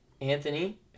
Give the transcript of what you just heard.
Anthony